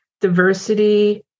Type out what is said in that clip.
diversity